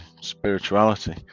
spirituality